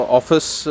office